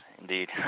indeed